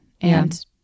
And-